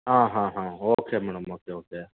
ಹಾಂ ಹಾಂ ಹಾಂ ಓಕೆ ಮೇಡಮ್ ಓಕೆ ಓಕೆ